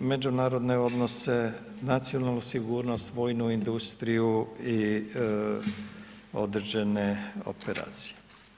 međunarodne odnose, nacionalnu sigurnost, vojnu industriju i određene operacije.